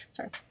Sorry